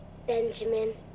Benjamin